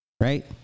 Right